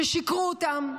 ששיקרו להם?